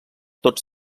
tots